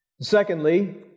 Secondly